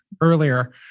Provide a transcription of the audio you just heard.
earlier